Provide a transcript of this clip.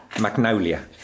Magnolia